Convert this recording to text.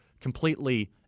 completely